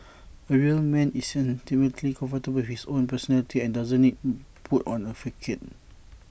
A real man is ultimately comfortable with his own personality and doesn't need put on A facade